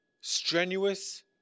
strenuous